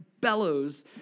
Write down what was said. bellows